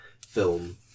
film